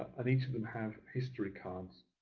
and each of them have history cards.